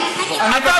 כולם לשבת בבקשה.